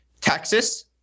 Texas